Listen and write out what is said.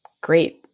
great